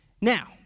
Now